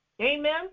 Amen